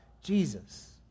Jesus